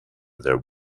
their